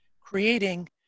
creating